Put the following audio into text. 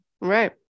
right